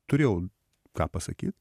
turėjau ką pasakyt